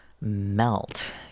Melt